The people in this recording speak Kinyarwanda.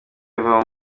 biva